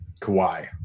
Kawhi